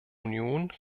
union